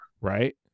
Right